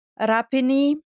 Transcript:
Rapini